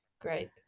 Great